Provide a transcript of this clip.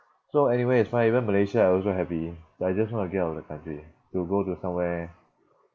so anywhere is fine even Malaysia I also happy but I just want to get out of the country to go to somewhere